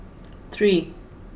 three